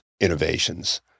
innovations